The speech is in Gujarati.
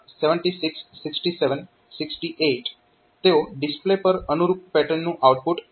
પછી આ 76 67 68 તેઓ ડિસ્પ્લે પર અનુરૂપ પેટર્નનું આઉટપુટ આપી રહ્યાં છે